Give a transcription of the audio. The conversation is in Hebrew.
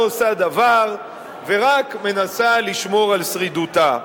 עושה דבר ורק מנסה לשמור על שרידותה.